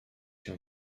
się